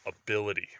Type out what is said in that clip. ability